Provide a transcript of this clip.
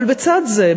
אבל בצד זה,